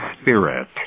Spirit